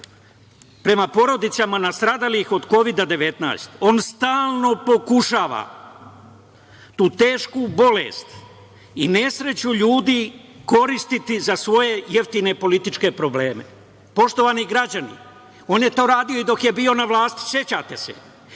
prema porodicama nastradalih od Kovida-19. On stalno pokušava tu tešku bolest i nesreću ljudi koristiti za svoje jeftine političke probleme. Poštovani građani, on je to radi i dok je bio na vlasti. Sećate se?